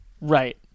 Right